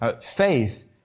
faith